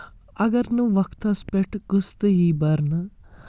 اگر نہٕ وقتس پؠٹھ قصتٕے یہِ بَرنہٕ